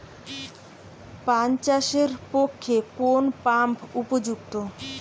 পান চাষের পক্ষে কোন পাম্প উপযুক্ত?